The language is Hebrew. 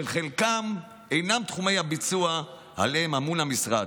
שחלקם אינם תחומי הביצוע שעליהם אמון המשרד,